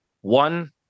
one